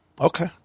Okay